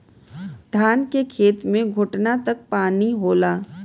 शान के खेत मे घोटना तक पाई होला